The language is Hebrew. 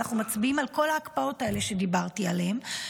אנחנו מצביעים על כל ההקפאות האלה שדיברתי עליהן,